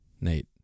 Nate